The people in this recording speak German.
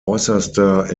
äußerster